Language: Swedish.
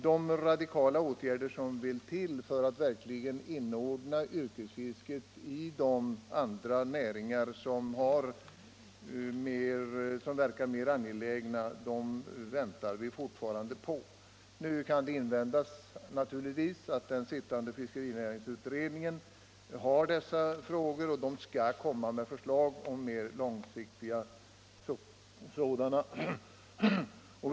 De radikala åtgärder som måste till för att inordna yrkesfisket bland de näringar som anses mer angelägna väntar vi fortfarande på. Det kan naturligtvis invändas att den sittande fiskerinäringsutredningen behandlar dessa frågor och skall komma med förslag till mer långsiktiga åtgärder.